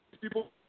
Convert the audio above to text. People